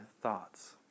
thoughts